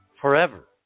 forever